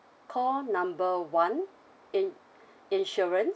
call number one in~ insurance